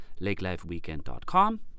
lakelifeweekend.com